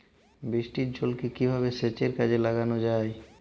বৃষ্টির জলকে কিভাবে সেচের কাজে লাগানো য়ায়?